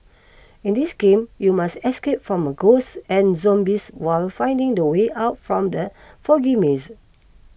in this game you must escape from ghosts and zombies while finding the way out from the foggy maze